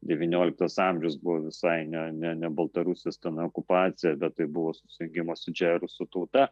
devynioliktas amžius buvo visai ne ne ne baltarusijos ten okupacija bet tai buvo susijungimo su didžiąja rusų tauta